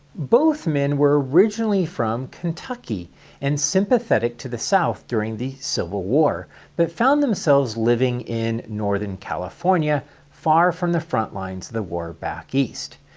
both men were originally from kentucky and sympathetic to the south during the civil war but found themselves living in northern california far from the front lines of the war back east.